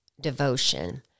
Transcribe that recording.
devotion